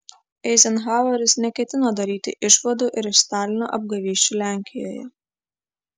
eizenhaueris neketino daryti išvadų ir iš stalino apgavysčių lenkijoje